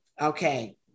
okay